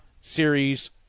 Series